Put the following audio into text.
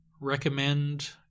recommend